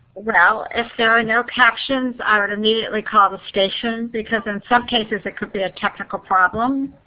well, if there are no captions, i would immediately call the station, because in some cases it could be a technical problem.